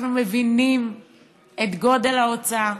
אנחנו מבינים את גודל ההוצאה,